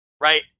right